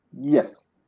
Yes